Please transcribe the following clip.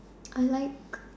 I like